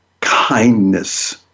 kindness